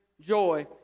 Joy